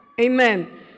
Amen